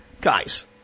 guys